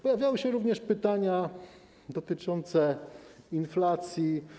Pojawiały się również pytania dotyczące inflacji.